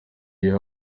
iyo